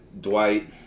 Dwight